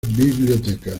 bibliotecas